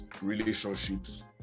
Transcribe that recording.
relationships